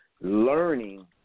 learning